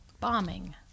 bombing